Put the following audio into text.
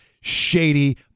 shady